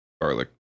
Garlic